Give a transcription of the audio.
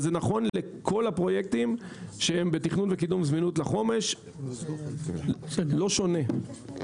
אבל זה נכון לכל הפרויקטים שהם בתכנון וקידום זמינות לחומש; לא שונה.